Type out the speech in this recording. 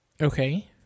Okay